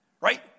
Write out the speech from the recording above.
Right